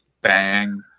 Bang